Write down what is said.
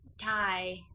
tie